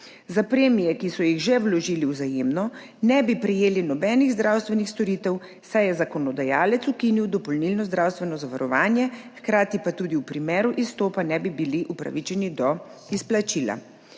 Za premije, ki so jih že vložili v Vzajemno, ne bi prejeli nobenih zdravstvenih storitev, saj je zakonodajalec ukinil dopolnilno zdravstveno zavarovanje, hkrati pa tudi v primeru izstopa ne bi bili upravičeni do izplačila.